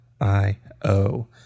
io